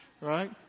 Right